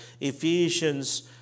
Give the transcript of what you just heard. Ephesians